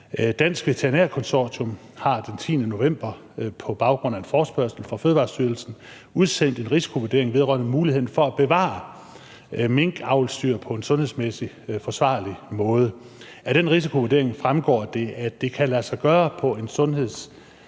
Dansk Veterinær Konsortium har den 10. november på baggrund af en forespørgsel fra Fødevarestyrelsen udsendt en risikovurdering vedrørende muligheden for at bevare minkavlsdyr på en sundhedsmæssigt forsvarlig måde. Af den risikovurdering fremgår det, at det kan lade sig gøre på en sundhedsmæssig